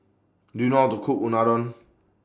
Do YOU know How to Cook Unadon